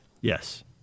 Yes